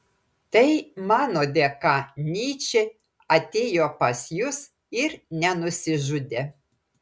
tai mano dėka nyčė atėjo pas jus ir nenusižudė